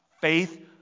Faith